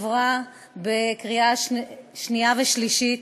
עברה בקריאה שנייה ושלישית.